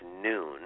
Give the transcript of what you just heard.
noon